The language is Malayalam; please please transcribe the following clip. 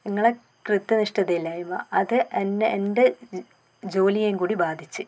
നിങ്ങളുടെ കൃത്യനിഷ്ഠത ഇല്ലായ്മ അത് എൻ്റെ എൻ്റെ ജോലിയെയും കൂടി ബാധിച്ചു